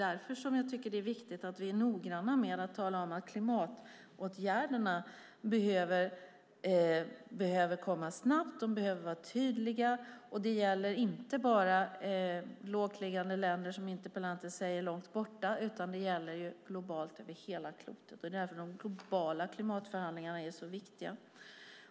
Därför är det viktigt att vi är noggranna med att tala om att klimatåtgärderna behöver vidtas snabbt, de behöver vara tydliga och att det inte bara gäller lågtliggande länder långt borta, som interpellanten talar om, utan det gäller globalt. Det är därför som de globala klimatförhandlingarna är så viktiga.